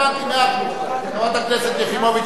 חברת הכנסת יחימוביץ,